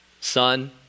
Son